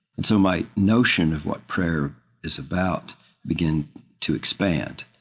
and so my notion of what prayer is about began to expand,